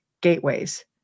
gateways